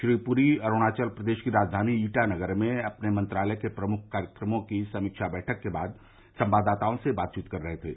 श्री पुरी अरूणाचल प्रदेश की राजधानी ईटानगर में अपने मंत्रालय के प्रमुख कार्यक्रमों की समीक्षा बैठक के बाद संवाददाता सम्मेलन को संवोधित कर रहे थे